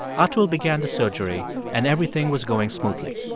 atul began the surgery and everything was going smoothly.